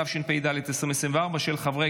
ומתקנים ביטחוניים), התשפ"ג 2023, התקבלה.